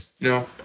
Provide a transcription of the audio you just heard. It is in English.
No